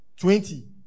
Twenty